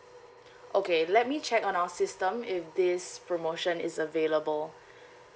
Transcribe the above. okay let me check on our system if this promotion is available